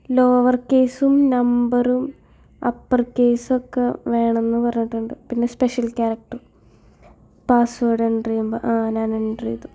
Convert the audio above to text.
lower കേസും നമ്പറും upper case ഒക്കെ വേണമന്ന് പറീന്നിന്നിണ്ട് പിന്നെ സ്പെഷ്യൽ ക്യാരക്ടറും പാസ്വേഡ് എൻ്റർ ചെയ്യുമ്പോൾ ആഹ് ഞാൻ എൻ്റർ ചെയ്തു